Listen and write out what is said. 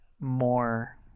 more